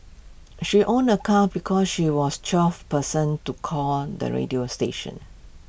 she won A car because she was twelfth person to call the radio station